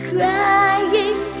Crying